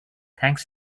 thanks